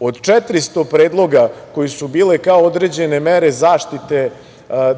Od 400 predloga koji su bile kao određene mere zaštite